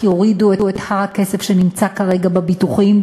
יורידו את הר הכסף שנמצא כרגע בביטוחים,